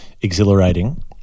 exhilarating